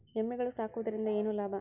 ಎಮ್ಮಿಗಳು ಸಾಕುವುದರಿಂದ ಏನು ಲಾಭ?